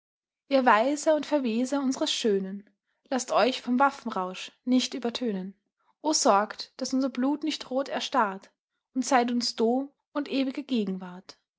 ihr weiser und verweser unseres schönen laßt euch vom waffenrausch nicht übertönen o sorgt daß unser blut nicht rot erstarrt und seid uns dom und ewige gegenwart